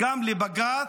גם לבג"ץ,